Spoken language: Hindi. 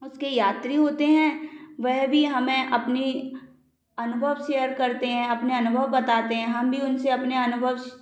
उसके यात्री होते है वह भी हमें अपनी अनुभव शेयर करते है अपने अनुभव बताते है हम भी उनसे अपनी अनुभव